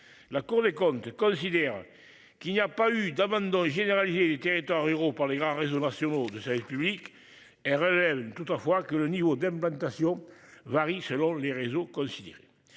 La Cour des comptes, considère qu'il n'y a pas eu d'abandon. Les territoires ruraux par les grands réseaux nationaux de service public. Elle relève toutefois que le niveau d'implantation varie selon les réseaux considéré